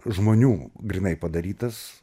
žmonių grynai padarytas